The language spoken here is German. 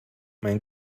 mein